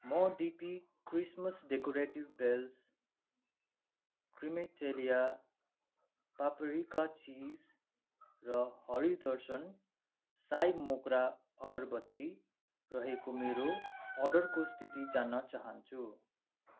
म DP Christmas decorative bells क्रिमिटेलिया paprika cheese र हरि दर्शन साई मोग्रा अगरबत्ती रहेको मेरो अर्डरको स्थिति जान्न चाहन्छु